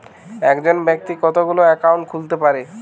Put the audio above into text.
একজন ব্যাক্তি কতগুলো অ্যাকাউন্ট খুলতে পারে?